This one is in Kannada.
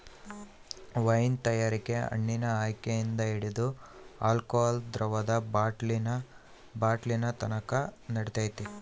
ವೈನ್ ತಯಾರಿಕೆ ಹಣ್ಣಿನ ಆಯ್ಕೆಯಿಂದ ಹಿಡಿದು ಆಲ್ಕೋಹಾಲ್ ದ್ರವದ ಬಾಟ್ಲಿನತಕನ ನಡಿತೈತೆ